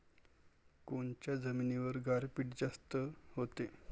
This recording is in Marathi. कोनच्या जमिनीवर गारपीट जास्त व्हते?